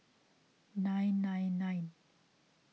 nine nine nine